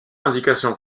indication